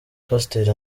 pasiteri